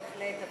בהחלט,